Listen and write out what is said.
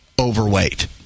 overweight